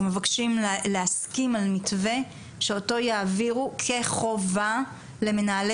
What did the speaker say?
אנחנו מבקשים להסכים על מתווה שאותו יעבירו כחובה למנהלי